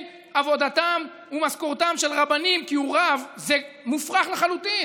עבודתם ומשכורתם של רבנים כי הוא רב זה מופרך לחלוטין.